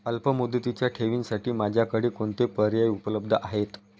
अल्पमुदतीच्या ठेवींसाठी माझ्याकडे कोणते पर्याय उपलब्ध आहेत?